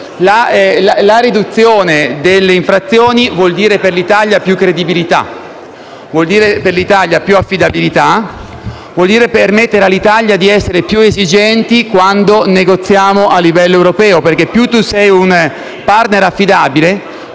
La riduzione delle infrazioni vuol dire per l'Italia più credibilità e maggiore affidabilità e permette dell'Italia di essere più esigente quando negozia a livello europeo perché più tu sei un *partner* affidabile,